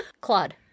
claude